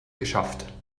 geschafft